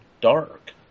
dark